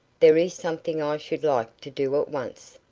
there is something i should like to do at once.